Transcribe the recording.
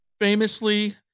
Famously